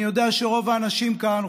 אני יודע שרוב האנשים כאן,